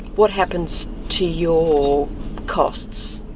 what happens to your costs?